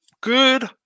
Good